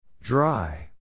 Dry